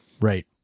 Right